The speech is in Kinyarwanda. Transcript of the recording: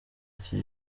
iki